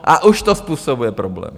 A už to způsobuje problémy.